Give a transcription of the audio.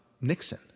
Nixon